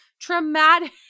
traumatic